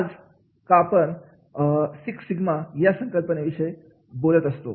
आज का आपण सिक्स सिगमा या संकल्पनेविषयी बोलत असतो